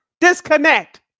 Disconnect